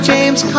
James